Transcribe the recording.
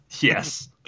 yes